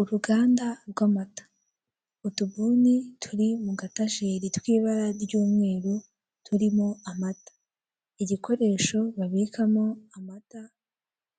Uruganda rw'amata, utubuni turi mu gatajeri rw'ibara ry'umweru turimo amata, igikoresho babikamo amata